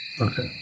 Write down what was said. Okay